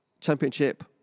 championship